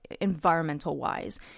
environmental-wise